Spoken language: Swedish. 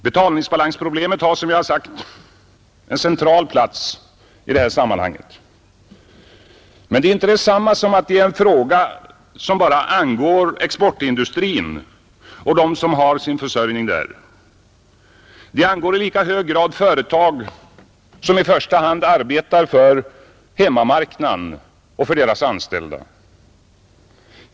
Betalningsbalansproblemet intar, som jag har sagt, en central plats i det här sammanhanget. Det angår inte bara exportindustrin och dem som har sin försörjning där, utan det angår i lika hög grad företag som i första hand arbetar för hemmamarknaden och deras anställda.